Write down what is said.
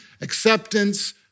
acceptance